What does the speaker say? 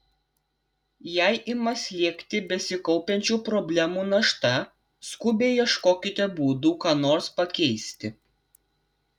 jei ima slėgti besikaupiančių problemų našta skubiai ieškokite būdų ką nors pakeisti